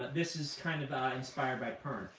but this is kind of ah inspired by pern.